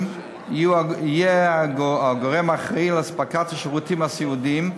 יהיו הגורם האחראי לאספקת השירותים הסיעודיים.